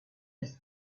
vie